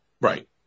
Right